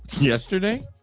yesterday